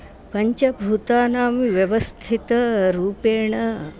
पञ्चभूतानां व्यवस्थितरूपेण